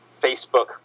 Facebook